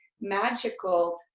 magical